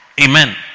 Amen